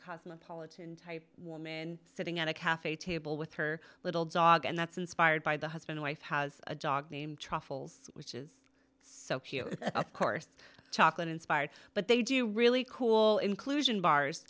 cosmopolitan type woman sitting at a cafe table with her little dog and that's inspired by the husband wife has a dog named truffles which is so of course chocolate inspired but they do really cool inclusion bars